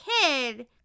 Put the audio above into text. kid